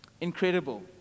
Incredible